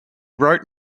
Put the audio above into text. wrote